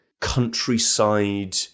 countryside